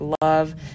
love